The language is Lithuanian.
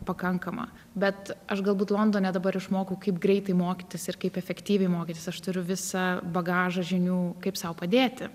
pakankama bet aš galbūt londone dabar išmokau kaip greitai mokytis ir kaip efektyviai mokytis aš turiu visą bagažą žinių kaip sau padėti